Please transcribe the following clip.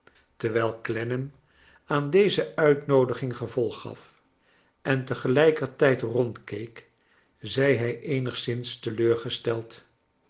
terwijl clennam aan deze uitnoodiging gevolg gaf en tegelijkertijd rondkeek zei hij eenigszins teleurgesteld